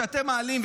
כשאתם מעלים,